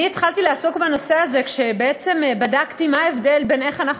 אני התחלתי לעסוק בנושא הזה כשבדקתי מה ההבדל בין איך אנחנו